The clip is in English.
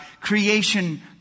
creation